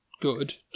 good